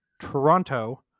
Toronto